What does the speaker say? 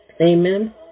amen